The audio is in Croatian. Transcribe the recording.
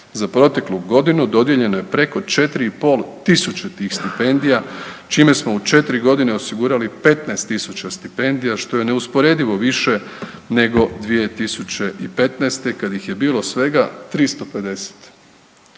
Za proteklu godinu, dodijeljeno je preko 4,5 tisuće tih stipendija, čime smo u 4 godine osigurali 15 tisuća stipendija, što je neusporedivo više nego 2015., kad ih je bilo svega 350.